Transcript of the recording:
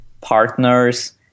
partners